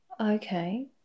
Okay